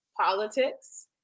politics